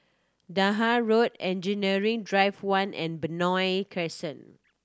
Dahan Road Engineering Drive One and Benoi Crescent